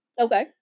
okay